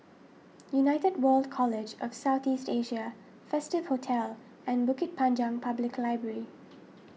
United World College of South East Asia Festive Hotel and Bukit Panjang Public Library